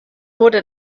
wurde